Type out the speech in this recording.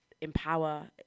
empower